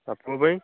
ଆପଣଙ୍କ ପାଇଁ